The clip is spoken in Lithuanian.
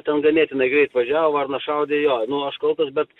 ten ganėtinai greit važiavo varnas šaudė jo nu aš kaltas bet